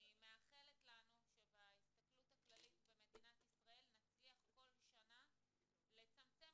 אני מאחלת לנו שבהסתכלות הכללית במדינת ישראל נצליח כל שנה לצמצם,